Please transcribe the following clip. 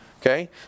Okay